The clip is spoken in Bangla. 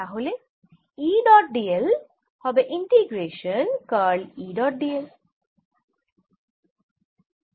তাহলে E ডট d l সমান হবে integration curl E dot d l